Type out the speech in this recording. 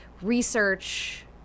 research